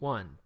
One